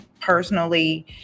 personally